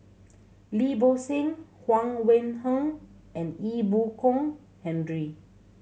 Lim Bo Seng Huang Wenhong and Ee Boon Kong Henry